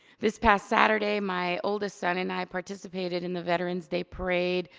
this past saturday my oldest son and i participated in the veteran's day parade.